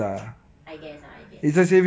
I guess ah I guess